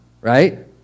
right